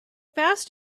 fast